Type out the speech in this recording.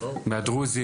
מי שרוצה להתייחס,